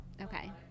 Okay